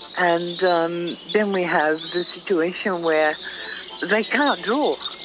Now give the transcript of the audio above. and um then we have the situation where they can't draw,